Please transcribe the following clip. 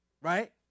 right